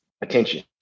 attention